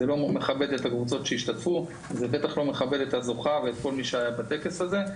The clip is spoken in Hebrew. את הקבוצות שהשתתפו ובטח לא מכבד את הזוכה ואת כל מי שהיה בטקס הזה.